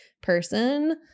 person